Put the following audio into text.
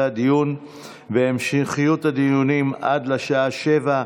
הדיון והמשכיות הדיונים עד לשעה 07:00,